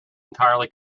entirely